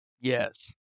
yes